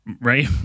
Right